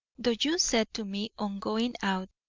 though you said to me on going out,